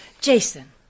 Jason